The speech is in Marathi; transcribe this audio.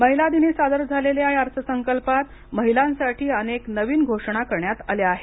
महिला दिनी सादर झालेल्या या अर्थसंकल्पात महिलांसाठी अनेक नवीन घोषणा करण्यात आल्या आहेत